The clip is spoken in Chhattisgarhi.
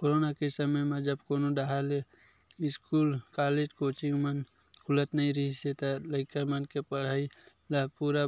कोरोना के समे जब कोनो डाहर के इस्कूल, कॉलेज, कोचिंग मन खुलत नइ रिहिस हे त लइका मन के पड़हई ल पूरा